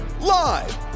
Live